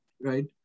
right